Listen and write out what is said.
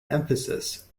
emphasis